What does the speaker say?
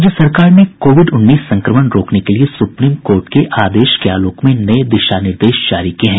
राज्य सरकार ने कोविड उन्नीस संक्रमण रोकने के लिए सुप्रीम कोर्ट के आदेश के आलोक में नये दिशा निर्देश जारी किये हैं